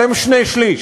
שלם שני-שלישים.